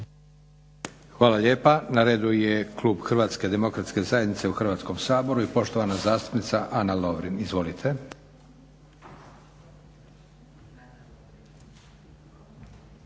Hvala lijepa. Na redu je klub HDZ-a u Hrvatskom saboru i poštovana zastupnica Ana Lovrin. Izvolite.